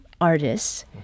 artists